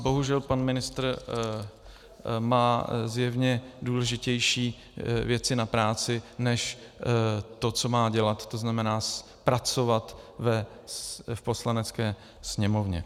Bohužel pan ministr má zjevně důležitější věci na práci než to, co má dělat, to znamená pracovat v Poslanecké sněmovně.